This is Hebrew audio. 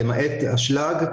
למעט אשלג,